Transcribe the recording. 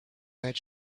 that